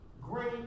great